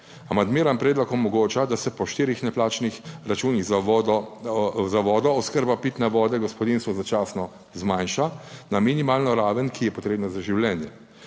Amandmiran predlog omogoča, da se po štirih neplačanih računih za vodo oskrba pitne vode gospodinjstvom začasno zmanjša na minimalno raven, ki je potrebna za življenje.